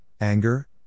anger